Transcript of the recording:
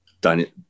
Daniel